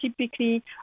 typically